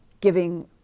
giving